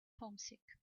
homesick